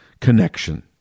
connection